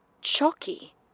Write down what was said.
chalky